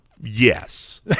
Yes